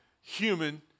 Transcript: human